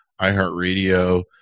iHeartRadio